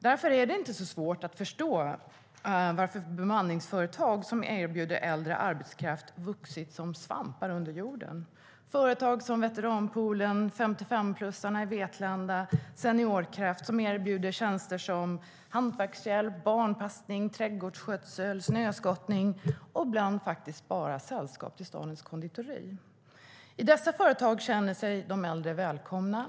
Det är därför inte svårt att förstå varför bemanningsföretag som erbjuder äldre arbetskraft vuxit som svampar ur jorden. Företag som Veteranpoolen, Femtiofemplus i Vetlanda och Seniorkraft erbjuder tjänster i form av hantverkshjälp, barnpassning, trädgårdsskötsel, snöskottning och ibland bara sällskap till stadens konditori. I dessa företag känner de äldre sig välkomna.